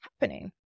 happening